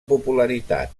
popularitat